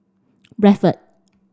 Bradford